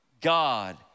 God